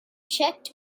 checked